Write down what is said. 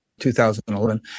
2011